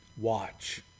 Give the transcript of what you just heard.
watch